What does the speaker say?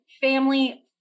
family